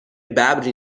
ببری